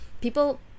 People